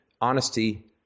honesty